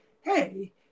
hey